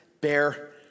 bear